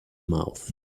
mouth